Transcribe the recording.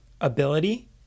ability